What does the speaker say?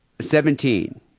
Seventeen